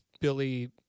Billy